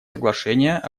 соглашения